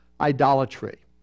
idolatry